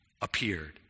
appeared